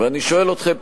ואני שואל אתכם,